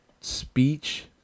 speech